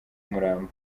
umurambo